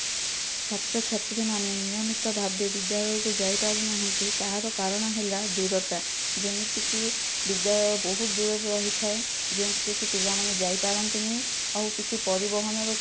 ଛାତ୍ରଛାତ୍ରୀ ମାନେ ନିୟମିତ ଭାବେ ବିଦ୍ୟାଳୟକୁ ଯାଇ ପାରୁନାହାନ୍ତି ତାହାର କାରଣ ହେଲା ଦୂରତା ଯେମିତି କି ବିଦ୍ୟାଳୟ ବହୁତ ଦୂରରେ ରହିଥାଏ ଯେଉଁଥିରେ କି ପିଲାମାନେ ଯାଇପାରନ୍ତିନି ଆଉ କିଛି ପରିବହନର କିଛି